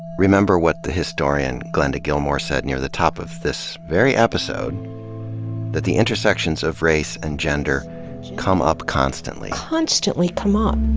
remember what the historian glenda gilmore said near the top of this very episode that the intersections of race and gender come up constantly, constantly come up,